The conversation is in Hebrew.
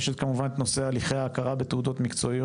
יש כמובן את נושא הליכי ההכרה בתעודות מקצועיות